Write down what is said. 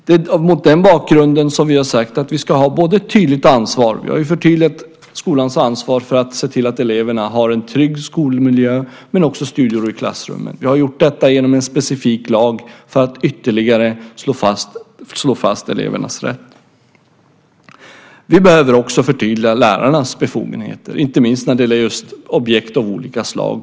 Det är mot den bakgrunden som vi har sagt att vi ska ha ett tydligt ansvar. Vi har ju förtydligat skolans ansvar för att se till att eleverna har en trygg skolmiljö och studiero i klassrummet. Vi har gjort det genom en specifik lag för att ytterligare slå fast elevernas rätt. Vi behöver också förtydliga lärarnas befogenheter, inte minst när det gäller just objekt av olika slag.